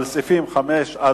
מצביעים על סעיפים 5 7,